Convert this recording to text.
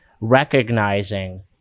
recognizing